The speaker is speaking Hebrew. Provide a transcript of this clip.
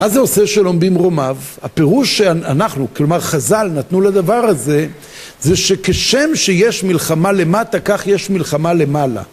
מה זה עושה שלום במרומיו, הפירוש שאנחנו, כלומר חז"ל, נתנו לדבר הזה, זה שכשם שיש מלחמה למטה, כך יש מלחמה למעלה